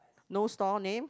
no store name